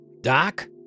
Doc